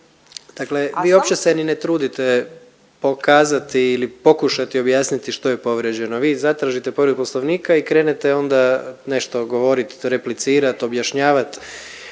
dakle vi opće se ni ne trudite pokazati i pokušati što je povrijeđeno. Vi zatražite povredu Poslovnika i krenete onda nešto govorit, replicirat, objašnjavat.